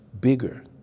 Bigger